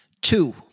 Two